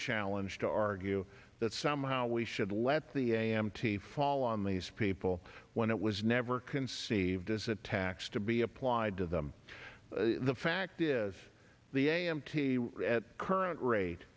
challenge to argue that somehow we should let the a m t fall on these people when it was never conceived as a tax to be applied to them the fact is the a m t at current rate